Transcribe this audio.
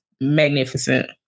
magnificent